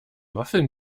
waffeln